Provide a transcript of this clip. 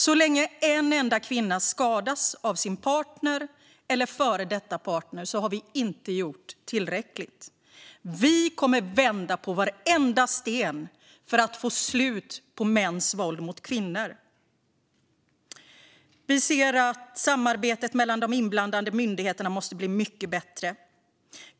Så länge en enda kvinna skadas av sin partner eller före detta partner har vi inte gjort tillräckligt. Vi kommer att vända på varenda sten för att få slut på mäns våld mot kvinnor. Vi ser att samarbetet mellan de inblandade myndigheterna måste bli mycket bättre.